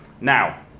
Now